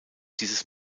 dieses